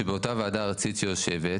שבאותה וועדה ארצית שיושבת,